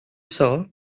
sara